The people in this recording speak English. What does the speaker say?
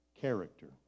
character